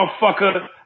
motherfucker